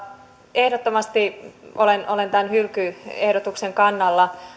ehdottomasti olen olen tämän hylkyehdotuksen kannalla